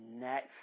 next